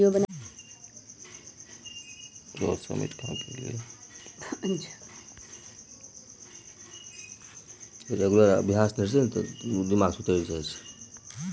देश एहि लेल गरीब होइत छै किएक मारिते रास लोग करक चोरि करैत छै